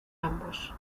ambos